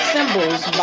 Symbols